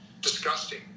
disgusting